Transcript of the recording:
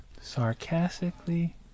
Sarcastically